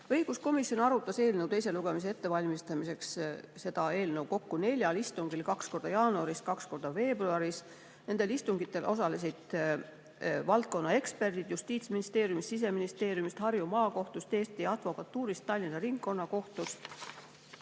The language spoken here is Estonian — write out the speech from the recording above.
Õiguskomisjon arutas eelnõu teist lugemist ette valmistades kokku neljal istungil: kaks korda jaanuaris ja kaks korda veebruaris. Nendel istungitel osalesid valdkonna eksperdid Justiitsministeeriumist, Siseministeeriumist, Harju Maakohtust, Eesti Advokatuurist ja Tallinna Ringkonnakohtust.